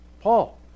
Paul